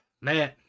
Man